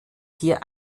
hier